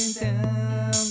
down